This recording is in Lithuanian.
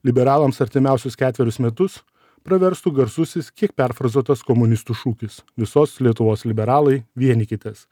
liberalams artimiausius ketverius metus praverstų garsusis kiek perfrazuotas komunistų šūkis visos lietuvos liberalai vienykitės